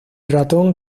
ratón